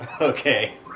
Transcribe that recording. Okay